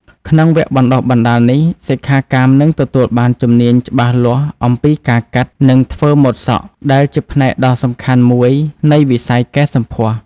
ក្នុងវគ្គបណ្តុះបណ្តាលនេះ សិក្ខាកាមនឹងទទួលបានជំនាញច្បាស់លាស់អំពីការកាត់ និងធ្វើម៉ូដសក់ ដែលជាផ្នែកដ៏សំខាន់មួយនៃវិស័យកែសម្ផស្ស។